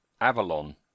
Avalon